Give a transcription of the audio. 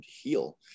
heal